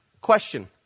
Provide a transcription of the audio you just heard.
Question